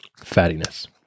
fattiness